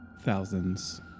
thousands